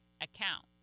account